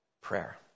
Prayer